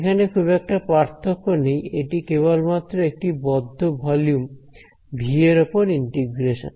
এখানে খুব একটা পার্থক্য নেই এটি কেবল মাত্র একটি বদ্ধ ভলিউম ভি এর ওপর ইন্টিগ্রেশন